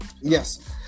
Yes